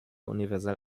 universell